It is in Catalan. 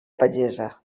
pagesa